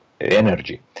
energy